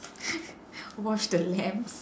wash the lamps